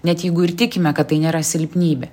net jeigu ir tikime kad tai nėra silpnybė